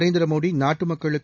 நரேந்திர மோடி நாட்டு மக்களுக்கு